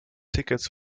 tickets